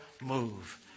move